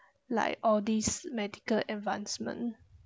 like all these medical advancement